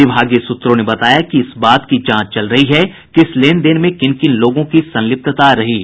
विभागीय सूत्रों ने बताया कि इस बात की जांच चल रही है कि इस लेन देन में किन किन लोगों की संलिप्तता रही है